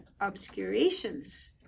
obscurations